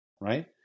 right